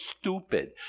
stupid